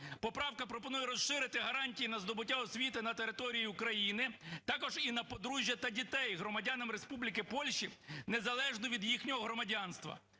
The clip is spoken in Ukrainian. Поправка пропонує розширити гарантії на здобуття освіти на території України також і на подружжя та дітей громадянам Республіки Польщі незалежно від їхнього громадянства.